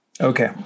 Okay